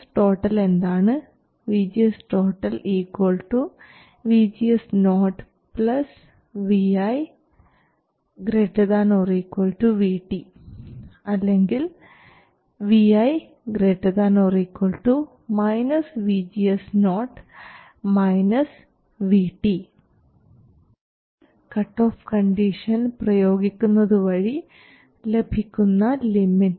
VGS എന്താണ് VGS VGS0 vi ≥ VT അല്ലെങ്കിൽ vi ≥ ഇതാണ് കട്ടോഫ് കണ്ടീഷൻ പ്രയോഗിക്കുന്നത് വഴി ലഭിക്കുന്ന ലിമിറ്റ്